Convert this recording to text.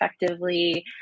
effectively